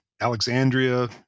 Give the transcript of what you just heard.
Alexandria